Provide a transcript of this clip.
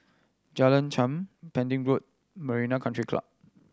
Jalan Chengam Pending Road Marina Country Club